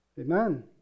Amen